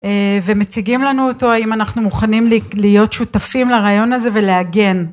ומציגים לנו אותו האם אנחנו מוכנים להיות שותפים לרעיון הזה ולהגן.